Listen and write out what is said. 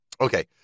Okay